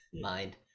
mind